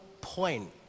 point